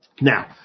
Now